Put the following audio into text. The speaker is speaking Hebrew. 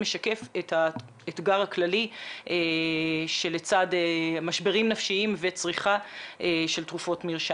משקף את האתגר הכללי שלצד משברים נפשיים וצריכה של תרופות מרשם.